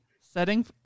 setting